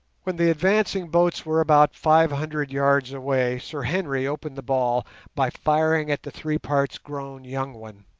when the advancing boats were about five hundred yards away, sir henry opened the ball by firing at the three parts grown young one.